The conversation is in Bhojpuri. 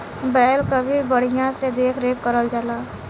बैल क भी बढ़िया से देख रेख करल जाला